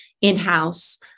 in-house